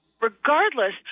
regardless